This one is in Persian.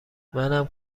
منم